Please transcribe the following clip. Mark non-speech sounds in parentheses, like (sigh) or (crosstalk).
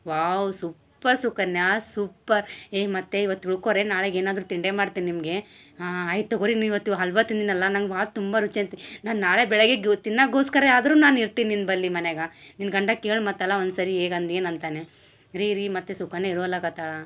wow super Sukanya super ಏ ಮತ್ತು ಇವತ್ತು ಉಳ್ಕೊರೆ ನಾಳೆಗೆ ಏನಾದರು ತಿಂಡೆ ಮಾಡ್ತೇನೆ ನಿಮಗೆ ಹಾಂ ಹಾಂ ಆಯ್ತು ತಗೋರಿ ನೀವು ಇವತ್ತು ಹಲ್ವಾ ತಿಂದೀನಲ್ಲ ನಂಗೆ ಭಾಳ ತುಂಬ ರುಚಿ (unintelligible) ನಾನು ನಾಳೆ ಬೆಳಗ್ಗೆ ಗ ತಿನ್ನಾಗೋಸ್ಕರೆ ಆದರು ನಾನು ಇರ್ತೀನಿ ನಿನ್ನ ಬಲ್ಲಿ ಮನ್ಯಾಗ ನಿನ್ನ ಗಂಡ ಕೇಳಿ ಮತ್ತಲ ಒಂದು ಸರಿ ಹೇಗಂದು ಏನಂತನೆ ರೀ ರೀ ಮತ್ತು ಸುಕನ್ಯ ಇರು ಅಲ್ಲಾಕೆ ಅತ್ತಾಳ